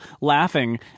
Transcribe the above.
laughing